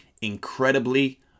incredibly